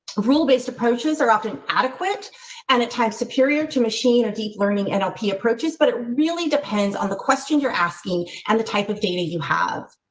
rule based approaches are often adequate and it types superior to machine or deep learning and approaches, but it really depends on the question you're asking and the type of data you have.